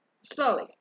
slowly